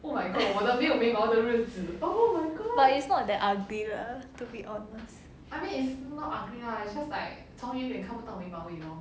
but it's not that ugly lah to be honest